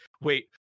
wait